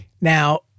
Now